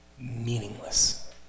meaningless